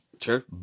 Sure